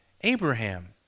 Abraham